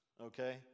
okay